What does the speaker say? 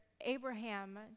Abraham